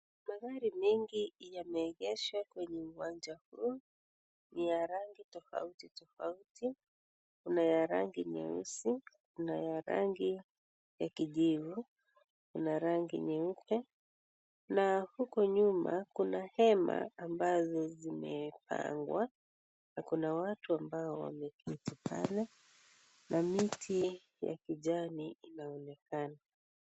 Magari mengi yameegeshwa kwenye uwanja huu ni ya rangi tofauti tofauti .Kuna ya rangi nyeusi, kuna ya rangi ya kijivu ,kuna ya rangi nyeupe na huko nyuma kuna hema ambazo zimepangwa na kuna watu ambao wameketi pale na miti ya kijani inaonekana.